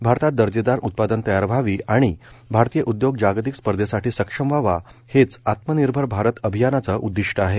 भारतात दर्जेदार उत्पादन तयार व्हावी आणि भारतीय उद्योग जागतिक स्पर्धेसाठी सक्षम व्हावा हेच आत्मनिर्भर भारत अभियानाचं उद्दिष्ट आहे